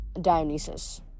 Dionysus